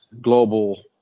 global